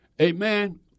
Amen